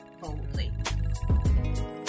boldly